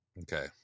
Okay